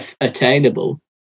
attainable